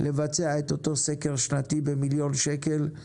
לבצע את אותו סקר שנתי במיליון שקל,